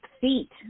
feet